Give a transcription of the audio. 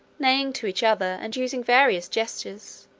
neighing to each other, and using various gestures,